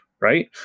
right